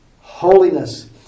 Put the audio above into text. holiness